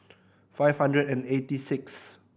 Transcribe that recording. five hundred and eighty six